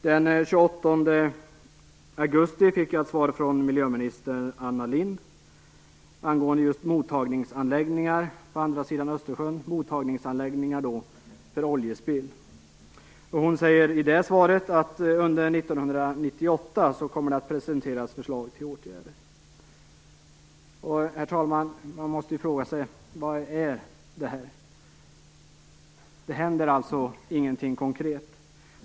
Den 28 augusti fick jag ett svar från miljöminister Anna Lindh angående just mottagningsanläggningar för oljespill på andra sidan Östersjön. I det svaret säger hon att det kommer att presenteras förslag till åtgärder under 1998. Herr talman! Man måste fråga sig: Vad är det här? Det händer alltså ingenting konkret.